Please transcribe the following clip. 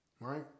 right